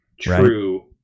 true